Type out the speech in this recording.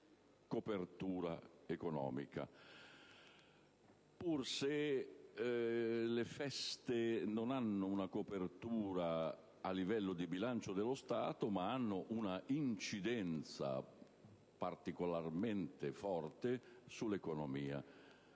copertura economica: anche se le feste non hanno una copertura a livello di bilancio dello Stato, hanno un'incidenza particolarmente forte sull'economia.